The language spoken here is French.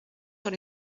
dans